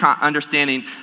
understanding